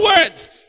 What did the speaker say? words